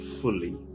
fully